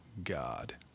God